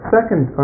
Second